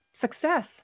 success